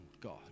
God